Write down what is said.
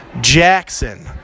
Jackson